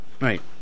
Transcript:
Right